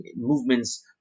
movements